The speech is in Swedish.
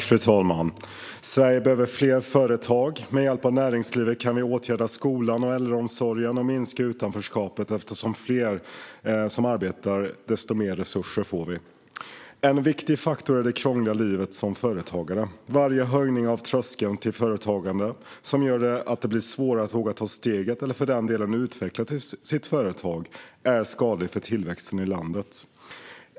Fru talman! Sverige behöver fler företag. Med hjälp av näringslivet kan vi åtgärda skolan och äldreomsorgen och minska utanförskapet, eftersom vi får mer resurser ju fler som arbetar. En viktig faktor är det krångliga livet som företagare. Varje höjning av tröskeln till företagande, som gör att det blir svårare att våga ta steget eller för delen att utveckla sitt företag, är skadlig för tillväxten i landet.